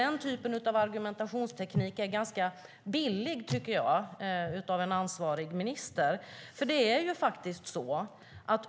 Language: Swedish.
Den typen av argumentationsteknik är billig, tycker jag, av en ansvarig minister.